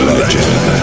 Legend